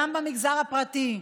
גם במגזר הפרטי,